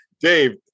dave